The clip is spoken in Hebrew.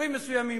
ביישובים מסוימים,